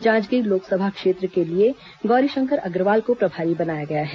जांजगीर लोकसभा क्षेत्र के लिए गौरीशंकर अग्रवाल को प्रभारी बनाया गया है